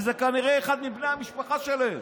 וזה כנראה אחד מבני המשפחה שלהם,